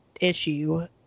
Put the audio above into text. issue